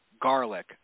garlic